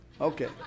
Okay